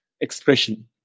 expression